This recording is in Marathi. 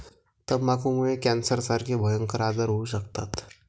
तंबाखूमुळे कॅन्सरसारखे भयंकर आजार होऊ शकतात